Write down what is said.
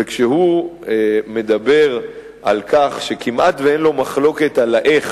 וכשהוא מדבר על כך שכמעט שאין לו מחלוקת על ה"איך",